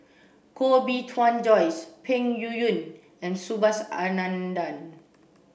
Koh Bee Tuan Joyce Peng Yuyun and Subhas Anandan